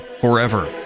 forever